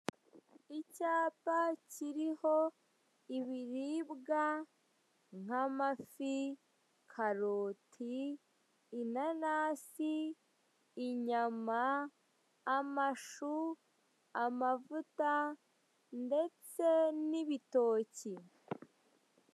Icyapa kiriho ibiribwa nk'amafi, karoti, inanasi, inyama, amashu, amavuta ndetse n'ibitoki.